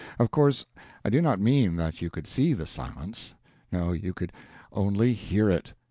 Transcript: of course i do not mean that you could see the silence no, you could only hear it.